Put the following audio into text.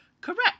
correct